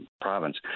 province